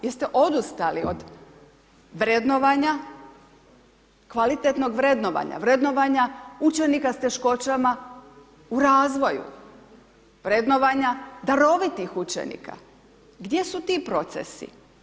Jeste li odustali od vrednovanja, kvalitetnog vrednovanja, vrednovanja učenika s teškoćama u razvoju, vrednovanja darovitih učenika, gdje su ti procesi?